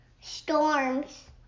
Storms